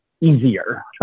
easier